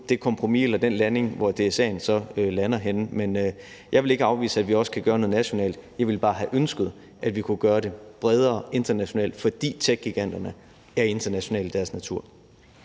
det kompromis eller der, hvor DSA'en lander. Jeg vil ikke afvise, at vi også kan gøre noget nationalt, men jeg ville bare have ønsket, at vi kunne gøre det bredere internationalt, fordi techgiganterne er internationale i deres natur.